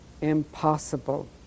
impossible